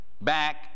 back